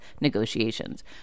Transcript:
negotiations